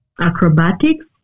acrobatics